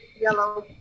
yellow